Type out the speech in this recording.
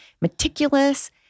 meticulous